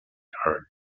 hard